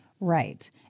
Right